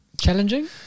Challenging